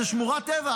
זאת שמורת טבע,